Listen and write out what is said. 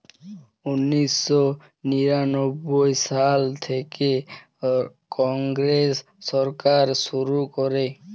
উনিশ শ নিরানব্বই সাল থ্যাইকে কংগ্রেস সরকার শুরু ক্যরে